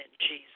Jesus